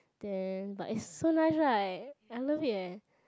then but it's so nice right I love it eh